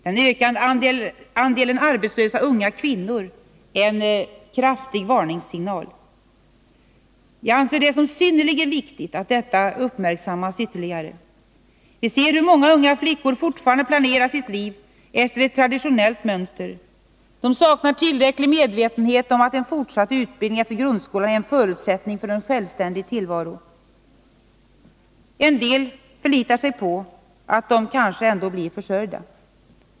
Den ökande andelen arbetslösa unga kvinnor är en kraftig varningssignal. Jag anser det som synnerligen viktigt att detta uppmärksammas ytterligare. Vi ser hur många flickor fortfarande planerar sitt liv efter ett traditionellt mönster. De saknar tillräcklig medvetenhet om att en fortsatt utbildning efter grundskolan är en förutsättning för en självständig tillvaro. En del förlitar sig på att kanske ändå bli försörjda.